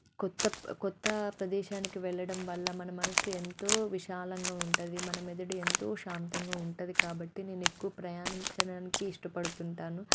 కొత్త కొత్త ప్రదేశానికి వెళ్ళడం వల్ల మన మనసు ఎంతో విశాలంగా ఉంటుంది మన మెదడు ఎంతో శాంతంగా ఉంటుంది కాబట్టి నేనెక్కువ ప్రయాణించడానికి ఇష్టపడుతుంటాను